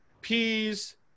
peas